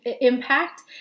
impact